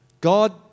God